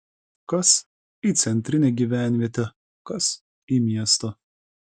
kas į centrinę gyvenvietę kas į miestą